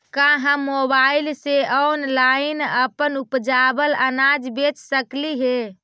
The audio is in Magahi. का हम मोबाईल से ऑनलाइन अपन उपजावल अनाज बेच सकली हे?